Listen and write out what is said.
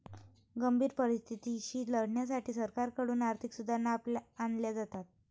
गंभीर परिस्थितीशी लढण्यासाठी सरकारकडून आर्थिक सुधारणा आणल्या जातात